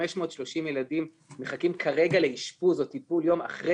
530 ילדים מחכים כרגע לאשפוז או טיפול יום אחרי